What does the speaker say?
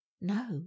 No